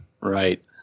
right